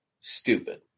stupid